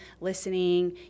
listening